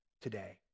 today